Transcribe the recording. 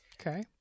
Okay